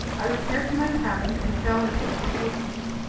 i repaired to my cabin and fell into a peaceful sleep.